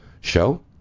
show